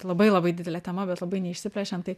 labai labai didelė tema bet labai neišsiplečiant tai